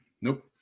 Nope